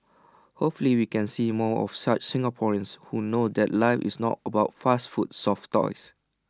hopefully we can see more of such Singaporeans who know that life is not about fast food soft toys